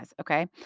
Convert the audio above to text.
Okay